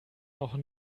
noch